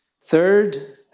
Third